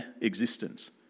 existence